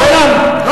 חברים.